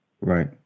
right